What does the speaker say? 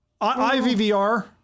IVVR